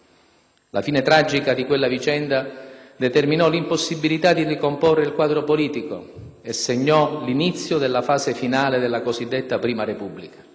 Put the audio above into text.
La fine tragica di quella vicenda determinò l'impossibilità di ricomporre il quadro politico e segnò l'inizio della fase finale della cosiddetta prima Repubblica.